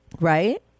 right